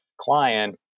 client